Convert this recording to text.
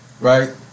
right